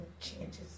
changes